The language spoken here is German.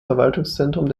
verwaltungszentrum